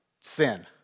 sin